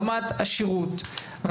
רמת השירות,